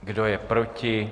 Kdo je proti?